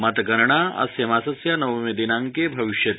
मतगणना अस्य मासस्य नवमे दिनांके भविष्यति